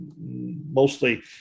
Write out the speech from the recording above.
mostly